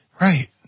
Right